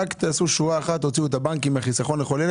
תעשו שורה אחת תוציאו את הבנקים מחיסכון לכל ילד,